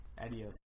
Adios